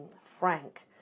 frank